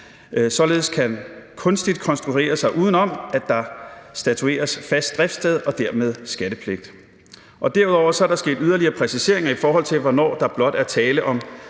hvor man kunstigt kan konstruere sig uden om, at der statueres et fast driftssted og dermed skattepligt. Derudover er der sket yderligere præciseringer af, hvornår der blot er tale om